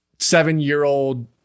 Seven-year-old